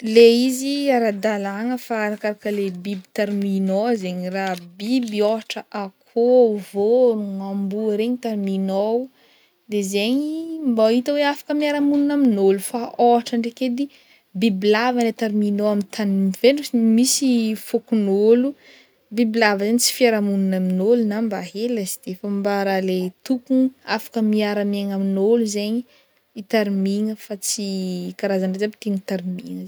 Le izy ara-dalàgna fa arakaraka le biby tariminao zegny, raha biby ôhatra akôho, vôrogno, amboa regny tariminao de zegny mbô hita hoe afaka miara-monigna amin'ôlo fa ôhatra ndraiky edy bibilava no atariminao amin'ny tany misy fôkonôlo, bibilava zegny tsy fiaraha-monina amin'ôlo na mba hely laste fa mba raha le tompony afaka miara-miaigna amiôlo zegny itarimigna fa tsy karazany jiaby tiana tarimigna zay.